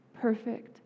Perfect